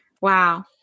Wow